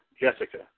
Jessica